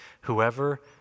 Whoever